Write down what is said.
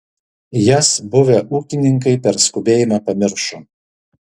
jas buvę ūkininkai per skubėjimą pamiršo